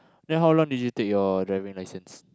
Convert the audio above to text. then how long did you take your driving license